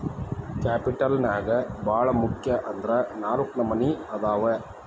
capital ನ್ಯಾಗ್ ಭಾಳ್ ಮುಖ್ಯ ಅಂದ್ರ ನಾಲ್ಕ್ ನಮ್ನಿ ಅದಾವ್